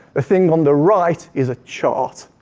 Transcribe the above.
ah thing on the right is a chart.